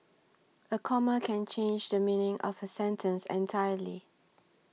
a comma can change the meaning of a sentence entirely